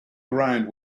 around